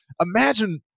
imagine